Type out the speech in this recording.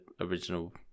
original